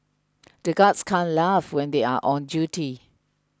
the guards can't laugh when they are on duty